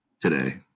today